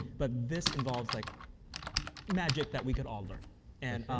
but this involves like magic that we can all learn, and